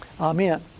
Amen